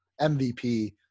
MVP